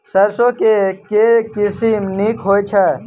सैरसो केँ के किसिम नीक होइ छै?